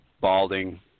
Balding